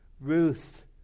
Ruth